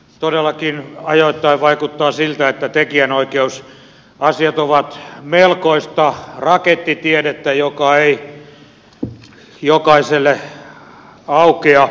todellakin ajoittain vaikuttaa siltä että tekijänoikeusasiat ovat melkoista rakettitiedettä joka ei jokaiselle aukea